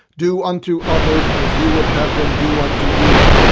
do unto others as you would have them do unto you!